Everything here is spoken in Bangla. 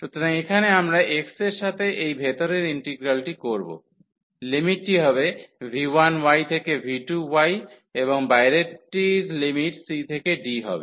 সুতরাং এখানে আমরা x এর সাথে এই ভেতরের ইন্টিগ্রালটি করব লিমিটটি হবে v1 থেকে v2 হবে এবং বাইরেরটির লিমিট c থেকে d হবে